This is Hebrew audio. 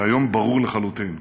היום ברור לחלוטין: